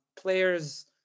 players